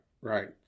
right